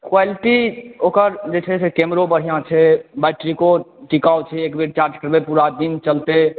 quality ओकर देख़यमे कैमरो बढ़िआँ छै बैटरीको टिकाउ छै एकबेर चार्ज करबै पूरा दिन चलतै